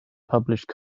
published